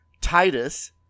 titus